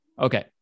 Okay